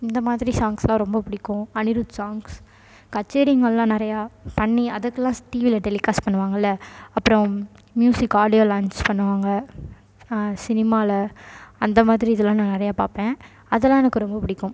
இந்த மாதிரி சாங்ஸுலாம் ரொம்ப பிடிக்கும் அனிருத் சாங்ஸ் கச்சேரிங்கல்லாம் நிறையா பண்ணி அதுக்கெல்லா டிவியில் டெலிகாஸ்ட் பண்ணுவாங்கள்ல அப்புறம் மியூசிக் ஆடியோ லாஞ்ச் பண்ணுவாங்க சினிமாவில் அந்த மாதிரி இதுல்லாம் நான் நிறைய பார்ப்பேன் அதெல்லாம் எனக்கு ரொம்ப பிடிக்கும்